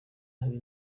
habe